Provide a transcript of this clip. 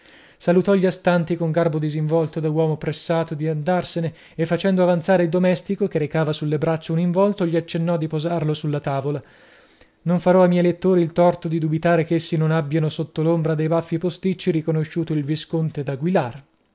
salutò gli astanti con garbo disinvolto da uomo pressato di andarsene e facendo avanzare il domestico che recava sulle braccia un involto gli accennò di posarlo sulla tavola non farò a miei lettori il torto di dubitare ch'essi non abbiano sotto l'ombra dei baffi posticci riconosciuto il visconte daguilar